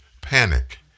panic